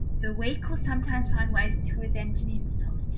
the weak will sometimes find ways to avenge an insult,